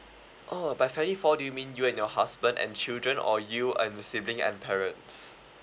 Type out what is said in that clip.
oh by family four do you mean you and your husband and children or you and your sibling and parents